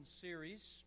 series